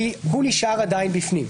כי הוא נשאר עדיין בפנים.